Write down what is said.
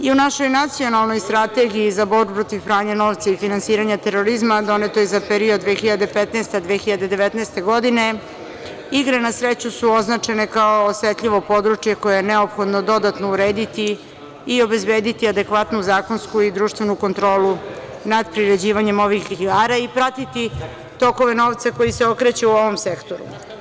I u našoj nacionalnoj strategiji za borbu protiv pranja novca i finansiranja terorizma, a doneto je za period 2015. - 2019. godine, igre na sreću su označene kao osetljivo područje koje je neophodno dodatno urediti i obezbediti adekvatnu zakonsku i društvenu kontrolu nad priređivanjem ovih igara i pratiti tokove novca koje se okreću u ovom sektoru.